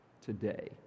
today